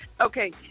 Okay